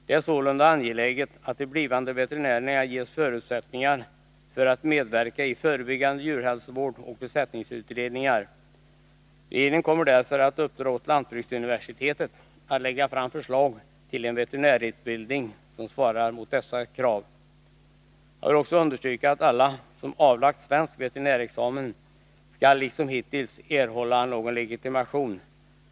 Det är sålunda angeläget att de blivande veterinärerna ges förutsättningar att medverka i förebyggande djurhälsovård och besättningsutredningar. Regeringen kommer därför att uppdra åt lantbruksuniversitetet att lägga fram förslag till en veterinärutbildning, som svarar mot bl.a. dessa krav. Jag vill understryka att alla som avlagt svensk veterinärexamen skall liksom hittills erhålla legitimation.